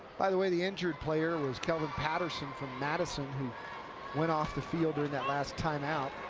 by the way, the injured player was kelvon patterson from madison who went off the field during that last time-out.